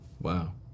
Wow